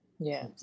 Yes